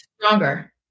stronger